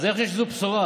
זו בשורה,